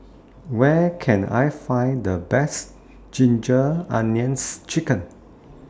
Where Can I Find The Best Ginger Onions Chicken